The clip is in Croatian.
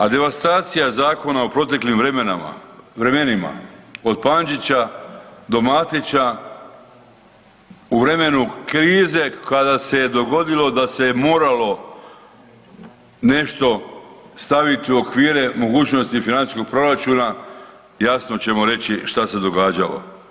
A devastacija zakona u proteklim vremenima od Pančića do Matića u vremenu krize kada se je dogodilo da se je moralo nešto staviti u okvire mogućnosti financijskog proračuna jasno ćemo reći šta se događalo.